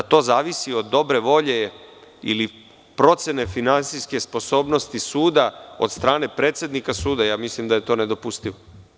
A da to zavisi od dobre volje ili procene finansijske sposobnosti suda od strane predsednika suda, mislim da je to nedopustivo.